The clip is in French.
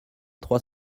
trois